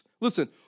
listen